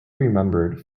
remembered